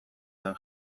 zen